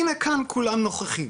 הנה כאן כולם נוכחים,